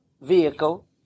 vehicle